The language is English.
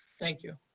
thank you.